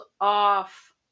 off